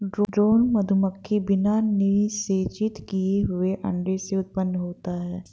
drone मधुमक्खी बिना निषेचित किए हुए अंडे से उत्पन्न होता है